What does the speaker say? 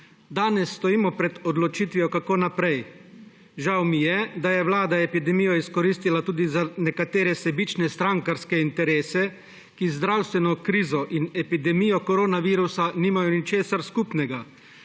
Danes stojimo pred odločitvijo kako naprej. Žal mi je, da je Vlada epidemijo izkoristila tudi za nekatere sebične strankarske interese, ki z zdravstveno krizo in epidemijo koronavirusa nimajo ničesar skupnega.